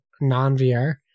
non-VR